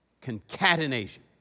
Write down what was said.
concatenation